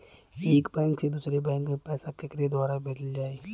एक बैंक से दूसरे बैंक मे पैसा केकरे द्वारा भेजल जाई?